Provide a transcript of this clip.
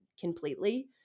completely